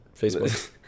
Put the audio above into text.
facebook